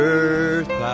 earth